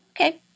okay